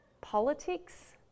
politics